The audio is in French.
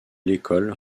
l’école